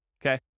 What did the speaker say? Okay